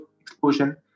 explosion